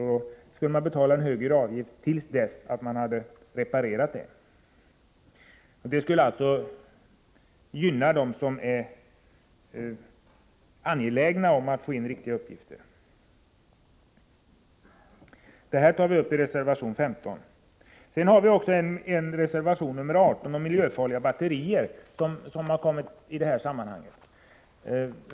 Man skulle få betala en högre avgift till dess att man reparerade det som felades. Ett sådant system skulle alltså gynna dem som är angelägna om att få in riktiga uppgifter i registret. Detta tar vi upp i reservation nr 15. Sedan har vi reservation nr 18 om miljöfarliga batterier.